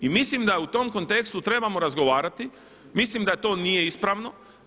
Mislim da u tom kontekstu trebamo razgovarati, mislim da to nije ispravno.